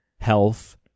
health